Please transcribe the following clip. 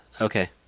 okay